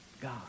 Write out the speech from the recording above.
God